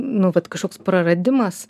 nu vat kažkoks praradimas